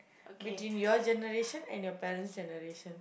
within your generation and your parent's generation